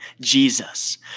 Jesus